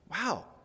wow